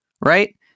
right